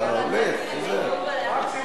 אתה הולך, חוזר.